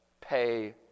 pay